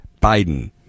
Biden